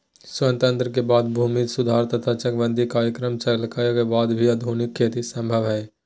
स्वतंत्रता के बाद भूमि सुधार तथा चकबंदी कार्यक्रम चलइला के वाद भी आधुनिक खेती असंभव हई